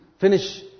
finish